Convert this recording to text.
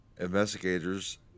Investigators